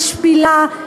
משפילה,